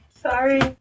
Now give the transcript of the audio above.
Sorry